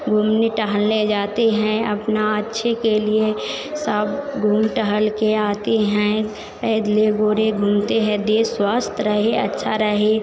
घूमने टहलने जाते हैं अब अपने अच्छे के लिए सब घूम टहलकर आते हैं पैदल गोर घूमते हैं देह स्वस्थ रहे अच्छा रहे